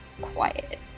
quiet